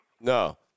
No